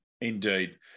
Indeed